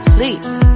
Please